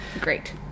Great